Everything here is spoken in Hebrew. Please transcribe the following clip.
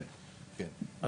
כן, כן.